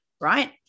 Right